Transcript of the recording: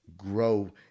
grow